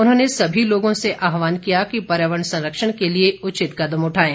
उन्होंने सभी लोगों से आहवान किया कि पर्यावरण संरक्षण के लिए उचित कदम उठाएं